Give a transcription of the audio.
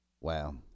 wow